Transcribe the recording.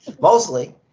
mostly